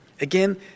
again